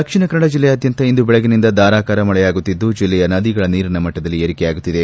ದಕ್ಷಿಣಕನ್ನಡ ಜಿಲ್ಲೆಯಾದ್ಯಂತ ಇಂದು ಬೆಳಿಗ್ಗೆಯಿಂದ ಧಾರಕಾರ ಮಳೆಯಾಗುತ್ತಿದ್ದು ಜಿಲ್ಲೆಯ ನದಿಗಳ ನೀರಿನ ಮಟ್ಟದಲ್ಲಿ ಏರಿಕೆಯಾಗುತ್ತಿದೆ